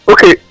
Okay